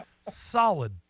solid